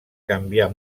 canviar